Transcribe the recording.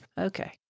Okay